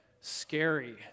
scary